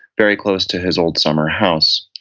very close to his old summer house.